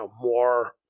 more